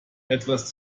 etwas